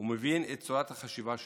ומבין את צורת החשיבה שלו.